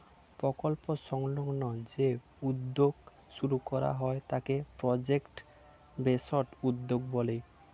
প্রকল্প সংলগ্ন যে উদ্যোগ শুরু করা হয় তাকে প্রজেক্ট বেসড উদ্যোগ বলে